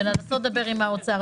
בלנסות לדבר עם האוצר,